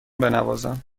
بنوازم